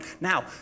now